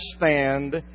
Understand